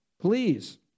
please